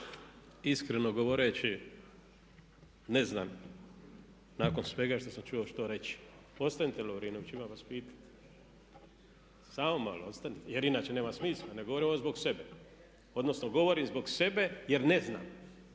Iskreno govoreći ne znam nakon svega što sam čuo što reći. Ostanite Lovrinoviću imam vas pitati. Samo malo, ostanite. Jer inače nema smisla. Ne govorim ovo zbog sebe. Odnosno govorim zbog sebe jer ne znam.